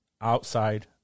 outside